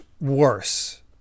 worse